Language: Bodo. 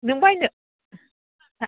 नों बायनो हा